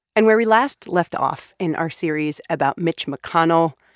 and where we last left off in our series about mitch mcconnell,